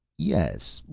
yes.